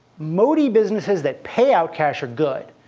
moat-y businesses that pay out cash are goods.